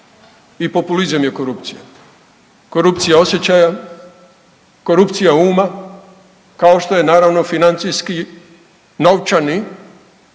i populizam je korupcija, korupcija osjećaja, korupcija uma kao što je naravno financijski novčani